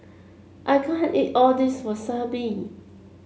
I can't eat all this Wasabi